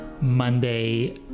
Monday